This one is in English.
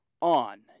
On